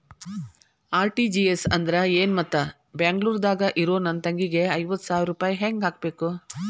RTGS ಅಂದ್ರ ಏನು ಮತ್ತ ಬೆಂಗಳೂರದಾಗ್ ಇರೋ ನನ್ನ ತಂಗಿಗೆ ಐವತ್ತು ಸಾವಿರ ರೂಪಾಯಿ ಹೆಂಗ್ ಹಾಕಬೇಕು?